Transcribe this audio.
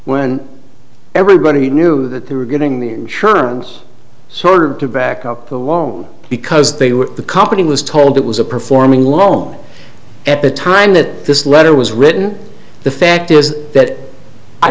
when everybody knew that they were getting the insurance sort of to back up the loan because they were the company was told it was a performing loan at the time that this letter was written the fact is that i